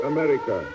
America